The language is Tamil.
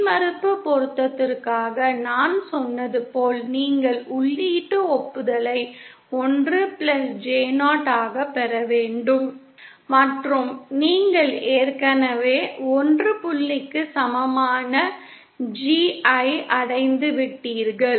மின்மறுப்பு பொருத்தத்திற்காக நான் சொன்னது போல் நீங்கள் உள்ளீட்டு ஒப்புதலை 1 பிளஸ் J 0 ஆகப் பெற வேண்டும் மற்றும் நீங்கள் ஏற்கனவே 1 புள்ளிக்கு சமமான G ஐ அடைந்துவிட்டீர்கள்